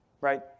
right